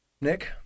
Nick